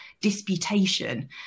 disputation